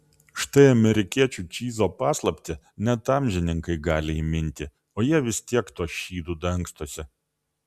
štai amerikiečių čyzo paslaptį net amžininkai gali įminti o jie vis tiek tuo šydu dangstosi